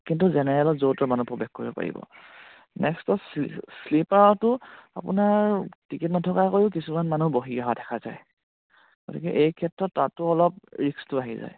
কিন্তু জেনেৰেলত য'ত ত'ৰ মানুহ প্ৰৱেশ কৰিব পাৰিব নেক্সটত শ্লিপাৰতো আপোনাৰ টিকেট নথকাকৈও কিছুমান মানুহ বহি অহা দেখা যায় গতিকে এই ক্ষেত্ৰত তাতো অলপ ৰিক্সটো আহি যায়